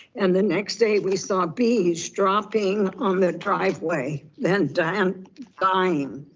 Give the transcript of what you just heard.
and the next day we saw bees dropping on the driveway, then them dying.